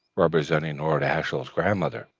representing lord ashiel's grandmother.